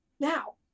now